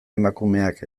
emakumeak